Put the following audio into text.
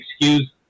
excuse